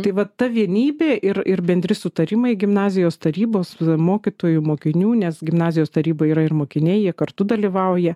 tai va ta vienybė ir ir bendri sutarimai gimnazijos tarybos mokytojų mokinių nes gimnazijos taryba yra ir mokiniai jie kartu dalyvauja